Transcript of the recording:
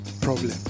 Problem